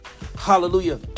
Hallelujah